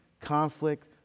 conflict